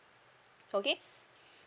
okay